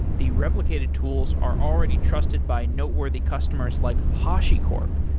the replicated tools are already trusted by noteworthy customers like hashicorp,